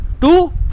two